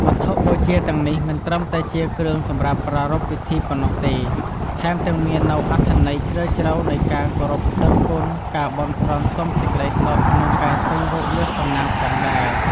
វត្ថុបូជាទាំងនេះមិនត្រឹមតែជាគ្រឿងសម្រាប់ប្រារព្ធពិធីប៉ុណ្ណោះទេ ថែមទាំងមាននូវអត្ថន័យជ្រាលជ្រៅនៃការគោរពដឹងគុណ ការបន់ស្រន់សុំសេចក្តីសុខ និងការស្វែងរកលាភសំណាងផងដែរ។